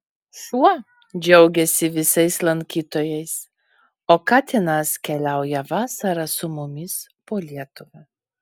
šuo džiaugiasi visais lankytojais o katinas keliauja vasarą su mumis po lietuvą